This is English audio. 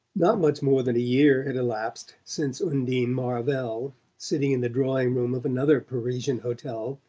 not much more than a year had elapsed since undine marvell, sitting in the drawing-room of another parisian hotel,